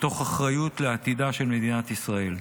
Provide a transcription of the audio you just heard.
מתוך אחריות לעתידה של מדינת ישראל.